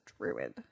druid